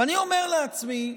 ואני אומר לעצמי,